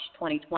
2020